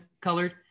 colored